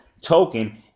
token